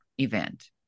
event